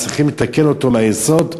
שצריך לתקן אותה מהיסוד.